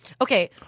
Okay